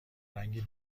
رنگ